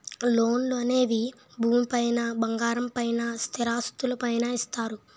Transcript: లోన్లు అనేవి భూమి పైన బంగారం పైన స్థిరాస్తులు పైన ఇస్తారు